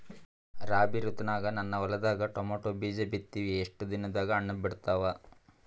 ರಾಬಿ ಋತುನಾಗ ನನ್ನ ಹೊಲದಾಗ ಟೊಮೇಟೊ ಬೀಜ ಬಿತ್ತಿವಿ, ಎಷ್ಟು ದಿನದಾಗ ಹಣ್ಣ ಬಿಡ್ತಾವ?